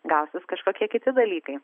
gausis kažkokie kiti dalykai